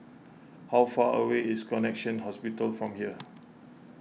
how far away is Connexion Hospital from here